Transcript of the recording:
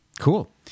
Cool